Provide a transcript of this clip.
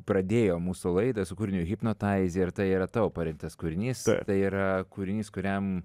pradėjo mūsų laidą su kūriniu hipnotaiz ir tai yra tavo parinktas kūrinys tai yra kūrinys kuriam